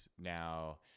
now